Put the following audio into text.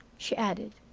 she added.